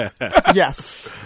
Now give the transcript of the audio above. Yes